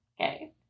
Okay